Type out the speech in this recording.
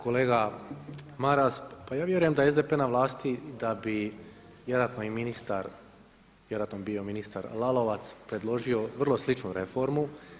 Kolega Maras pa ja vjerujem da je SDP na vlasti da bi vjerojatno i ministar vjerojatno bi bio ministar Lalovac, predložio vrlo sličnu reformu.